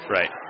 Right